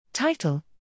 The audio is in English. Title